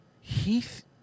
Heath